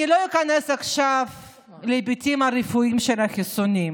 אני לא איכנס עכשיו להיבטים הרפואיים של החיסונים,